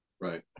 Right